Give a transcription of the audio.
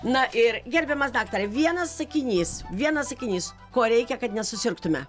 na ir gerbiamas daktare vienas sakinys vienas sakinys ko reikia kad nesusirgtume